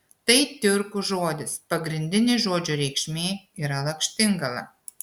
tai tiurkų žodis pagrindinė žodžio reikšmė yra lakštingala